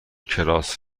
کلاس